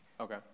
Okay